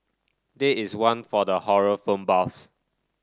did is one for the horror film buffs